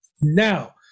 Now